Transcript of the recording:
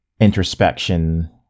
introspection